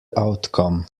outcome